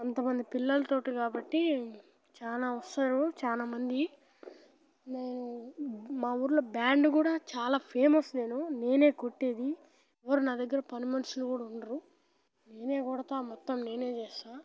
అంతమంది పిల్లలతో కాబట్టి చాల వస్తారు చాల మంది నే మా ఊళ్ళో బ్యాండ్ కూడా చాలా ఫేమస్ నేను నేనే కొట్టేది ఎవరు నా దగ్గర పనిమనుషులు కూడా ఉండరు నేనే కొడతాను మొత్తం నేనే చేస్తాను